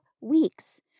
weeks